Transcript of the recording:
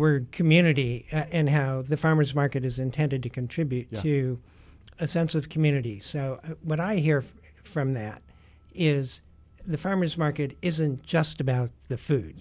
word community and how the farmer's market is intended to contribute to a sense of community so what i hear from that is the farmer's market isn't just about the food